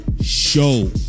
show